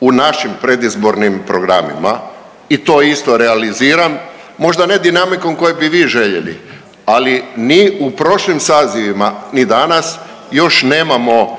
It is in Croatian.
u našim predizbornim programima i to isto realiziram. Možda ne dinamikom kojom bi vi željeli, ali ni u prošlim sazivima ni danas još nemamo